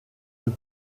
eux